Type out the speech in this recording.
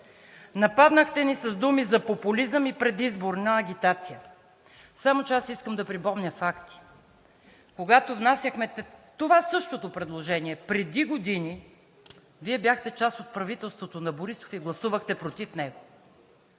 нападнахте ни с думи за популизъм и предизборна агитация, само че аз искам да припомня факти. Когато внасяхме това същото предложение преди години, Вие бяхте част от правителството на Борисов и гласувахте против него